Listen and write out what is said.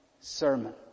sermon